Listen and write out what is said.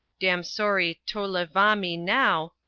damsorri tolevami now,